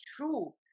true